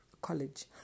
college